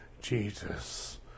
Jesus